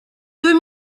deux